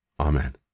Amen